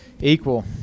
equal